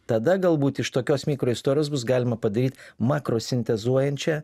tada galbūt iš tokios mikroistorijos bus galima padaryt makro sintezuojančią